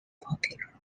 popular